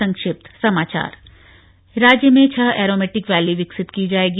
संक्षिप्त समाचार राज्य में छह एरोमैटिक वैली विकसित की जांएगी